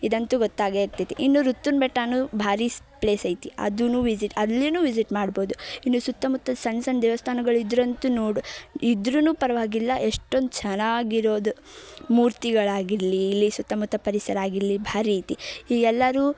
ಇದಂತೂ ಗೊತ್ತಾಗೆ ಇರ್ತೈತಿ ಇನ್ನು ರುತ್ತುನ್ ಬೆಟ್ಟ ಅನ್ನೋದು ಭಾರೀ ಸ್ ಪ್ಲೇಸ್ ಐತಿ ಅದೂ ವಿಝಿಟ್ ಅಲ್ಲಿಯೂ ವಿಝಿಟ್ ಮಾಡ್ಬೋದು ಇನ್ನು ಸುತ್ತಮುತ್ತ ಸಣ್ಣ ಸಣ್ಣ ದೇವಸ್ಥಾನಗಳಿದ್ರಂತೂ ನೋಡಿ ಇದ್ರೂ ಪರ್ವಾಗಿಲ್ಲ ಎಷ್ಟೊಂದು ಚೆನ್ನಾಗಿರೋದು ಮೂರ್ತಿಗಳಾಗಿರಲಿ ಇಲ್ಲಿ ಸುತ್ತಮುತ್ತ ಪರಿಸರಾಗಿರಲಿ ಭಾರಿ ಐತಿ ಇಲ್ಲಿ ಎಲ್ಲರೂ